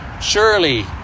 Surely